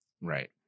Right